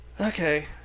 Okay